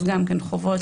חובות.